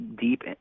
deep